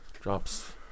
Drops